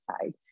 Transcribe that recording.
side